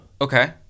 Okay